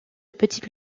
petites